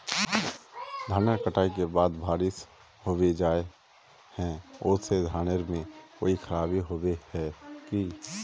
धानेर कटाई के बाद बारिश होबे जाए है ओ से धानेर में कोई खराबी होबे है की?